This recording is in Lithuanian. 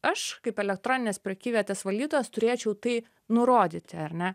aš kaip elektroninės prekyvietės valdytojas turėčiau tai nurodyti ar ne